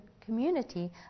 community